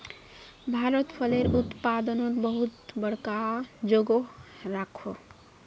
भारत फलेर उत्पादनोत बहुत बड़का जोगोह राखोह